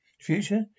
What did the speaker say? future